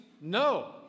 no